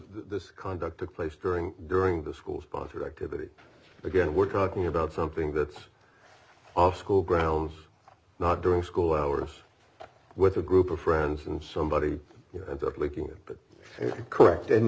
the conduct took place during during the school sponsored activity again we're talking about something that's off school grounds not during school hours with a group of friends and somebody looking at it but correct and